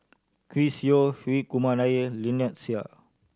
Chris Yeo Hri Kumar Nair Lynnette Seah